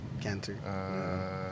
Cancer